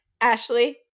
Ashley